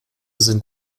sind